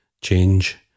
change